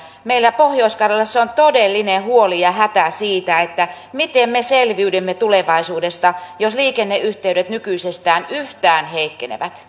meillä pohjois karjalassa on todellinen huoli ja hätä siitä miten me selviydymme tulevaisuudessa jos liikenneyhteydet nykyisestään yhtään heikkenevät